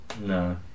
no